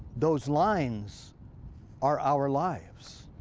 those lines are our lives.